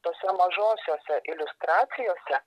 tose mažosiose iliustracijose